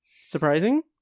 surprising